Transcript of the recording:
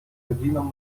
rodzinom